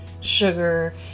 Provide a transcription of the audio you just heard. sugar